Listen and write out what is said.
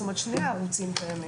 זאת אומרת שני הערוצים קיימים,